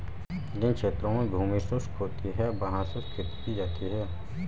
जिन क्षेत्रों में भूमि शुष्क होती है वहां शुष्क खेती की जाती है